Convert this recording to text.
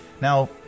now